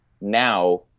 now